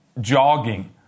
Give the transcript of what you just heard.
jogging